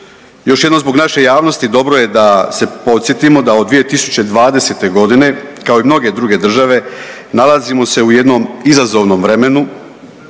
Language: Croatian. Još jednom zbog naše javnosti dobro je da se podsjetimo da od 2020. godine kao i mnoge druge države nalazimo se u jednom izazovnom vremenu,